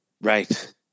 Right